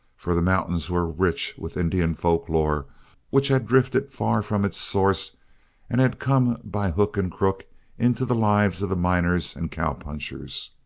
for the mountains were rich with indian folklore which had drifted far from its source and had come by hook and crook into the lives of the miners and cowpunchers.